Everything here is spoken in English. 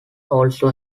also